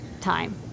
time